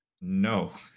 no